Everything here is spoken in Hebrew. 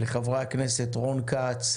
לחברי הכנסת רון כץ,